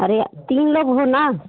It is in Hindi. अरे तीन लोग हो ना